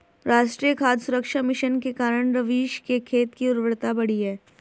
राष्ट्रीय खाद्य सुरक्षा मिशन के कारण रवीश के खेत की उर्वरता बढ़ी है